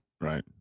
right